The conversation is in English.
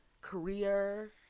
career